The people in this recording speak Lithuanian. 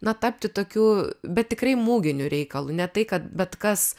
na tapti tokiu bet tikrai muginiu reikalu ne tai kad bet kas